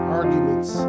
arguments